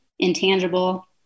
intangible